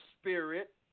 spirit